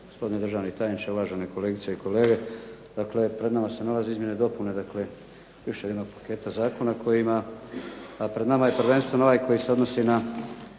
Gospodine državni tajniče, uvažene kolegice i kolege. Dakle, pred nama se nalazi izmjene i dopune još jednog paketa zakona kojima, a pred nama je prvenstveno ovaj koji se odnosi na